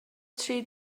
tri